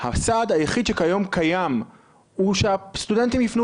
הסעד היחיד שכיום קיים הוא שהסטודנטים ייפנו